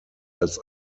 als